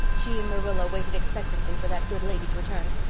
she and marilla waited expectantly for that good lady's return,